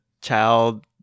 child